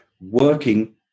working